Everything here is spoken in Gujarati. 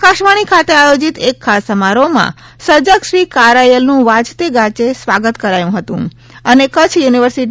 આકાશવાણી ખાતે આયોજિત એક ખાસ સમારોહમાં સર્જક શ્રી કારાયલનું વાજતે ગાજતે સ્વાગત કરાયું હતું અને કચ્છ યુનિ